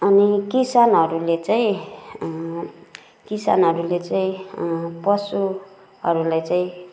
अनि किसानहरूले चाहिँ किसानहरूले चाहिँ पशुहरू चाहिँ